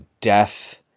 death